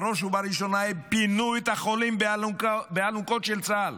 ובראש ובראשונה הם פינו את החולים באלונקות של צה"ל